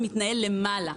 זה מתנהל למעלה.